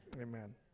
Amen